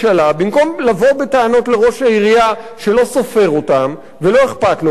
במקום לבוא בטענות לראש העירייה שלא סופר אותם ולא אכפת לו מהם: